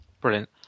Brilliant